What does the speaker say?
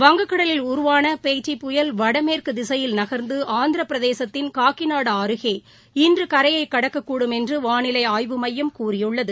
வங்கக்கடலில் உருவான பெய்ட்டி புயல் வடமேற்கு திசையில் நகர்ந்து ஆந்திர பிரதேசத்தின் காக்கிநாடா அருகே இன்று கரையைக் கடக்கக் கூடும் என்று வானிலை ஆய்வு மையம் கூறியுள்ளது